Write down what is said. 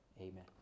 Amen